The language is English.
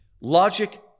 logic